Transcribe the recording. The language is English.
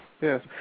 Yes